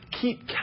Keep